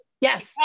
yes